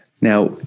Now